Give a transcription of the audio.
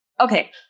Okay